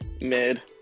mid